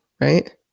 right